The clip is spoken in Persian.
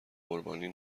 قربانی